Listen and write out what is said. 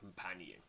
companion